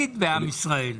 ערבות הדדית בעם ישראל.